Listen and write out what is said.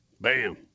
Bam